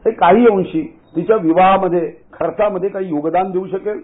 हे काही अंशू तिच्या विवाहामध्ये खर्चा मध्ये काही योगदान देऊ शकेल